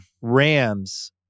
Rams